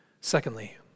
Secondly